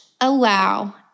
allow